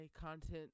content